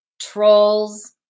trolls